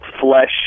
flesh